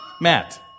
Matt